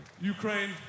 Ukraine